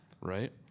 Right